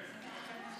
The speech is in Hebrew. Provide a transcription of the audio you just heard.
הדברים שאמרת קודם.